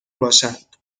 باشند